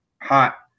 hot